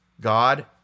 God